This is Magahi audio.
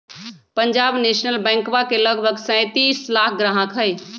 पंजाब नेशनल बैंकवा के लगभग सैंतीस लाख ग्राहक हई